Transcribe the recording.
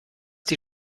die